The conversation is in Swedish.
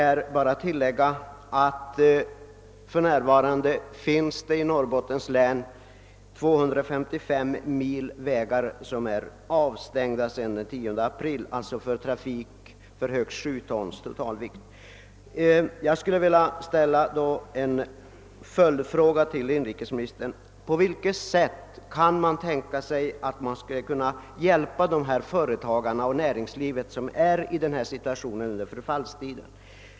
Jag kan tillägga att det i Norrbottens län för närvarande finns 255 mil vägar som sedan den 10 april är avstängda för trafik med över sju tons totalvikt. Jag skulle vilja ställa denna följdfråga till inrikesministern: På vilket sätt kan man tänka sig att hjälpa näringslivet i dess svåra situation under den här förfallstiden?